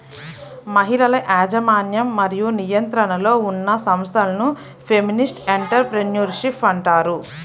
మహిళల యాజమాన్యం మరియు నియంత్రణలో ఉన్న సంస్థలను ఫెమినిస్ట్ ఎంటర్ ప్రెన్యూర్షిప్ అంటారు